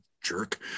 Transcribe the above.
jerk